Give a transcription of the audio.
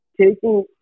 taking